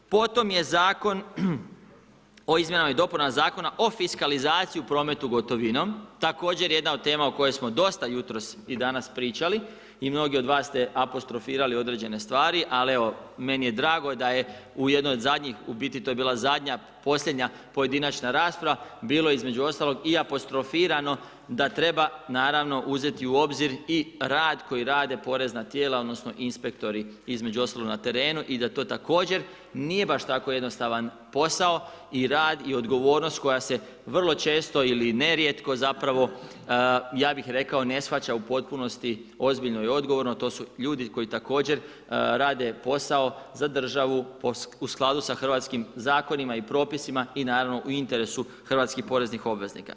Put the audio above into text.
Potom je Zakon o izmjenama i dopunama Zakona o fiskalizaciji u prometu gotovinom, također jedna od tema u kojoj smo dosta jutros i danas pričali i mnogi od vas ste apostrofirali određene stvari ali evo meni je drago da je u jednoj od zadnjih, u biti to je bila zadnja posljednja pojedinačna rasprava bilo između ostalog i apostrofirano da treba naravno uzeti u obzir i rad koji rade porezna tijela, odnosno inspektori između ostalog na terenu i da to također nije baš tako jednostavan posao i rad i odgovornost koja se vrlo često ili nerijetko zapravo ja bih rekao ne shvaća u potpunosti ozbiljno i odgovorno a to su ljudi koji također rade posao za državu u skladu sa hrvatskim zakonima i propisima i naravno u interesu hrvatskih poreznih obveznika.